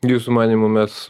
jūsų manymu mes